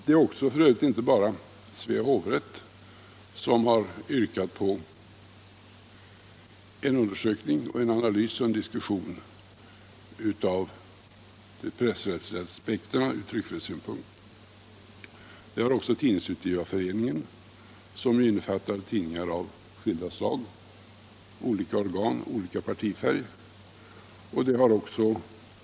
Det är f. ö. inte bara Svea hovrätt som har yrkat på en undersökning och en analys och diskussion av de pressrättsliga aspekterna från tryckfrihetssynpunkt. Också Tidningsutgivareföreningen, som innefattar tidningar av skilda slag, olika organ med olika partifärg, har gjort det.